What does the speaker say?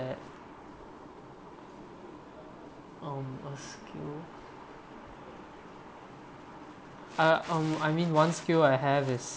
um a skill ah um I mean one skill I have is